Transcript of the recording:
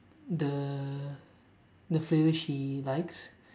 the the flavour she likes